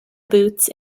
boots